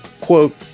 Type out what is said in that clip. Quote